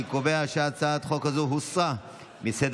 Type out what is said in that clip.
אני קובע שהצעת החוק הזו הוסרה מסדר-היום.